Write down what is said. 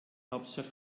hauptstadt